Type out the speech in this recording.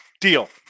deal